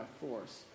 force